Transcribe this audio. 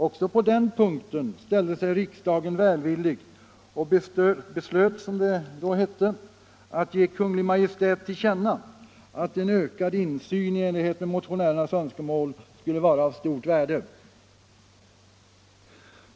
Också på den punkten ställde sig riksdagen välvillig och beslöt, som det då hette, att ge Kungl. Maj:t till känna att en ökad insyn i enlighet med motionärernas önskemål skulle vara av stort värde.